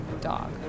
dog